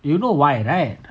you know why right